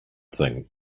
thing